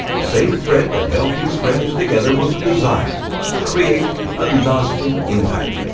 same thread that held these friends together was a desire to create a lasting impact,